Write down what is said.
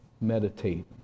meditate